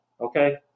Okay